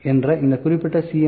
M என்ற இந்த குறிப்பிட்ட C